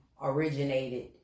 originated